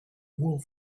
wool